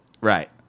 Right